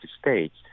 States